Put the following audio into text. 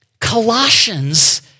Colossians